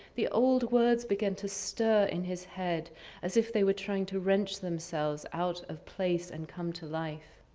the old words began to stir in his head as if they were trying to wrench themselves out of place and come to life.